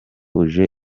uje